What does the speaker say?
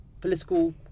political